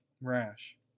rash